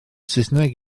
saesneg